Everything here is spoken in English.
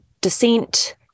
descent